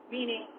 Meaning